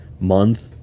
month